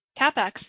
CapEx